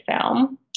film